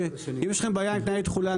אם יש לכם בעיה עם תנאי תחולה,